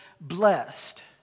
blessed